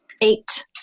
Eight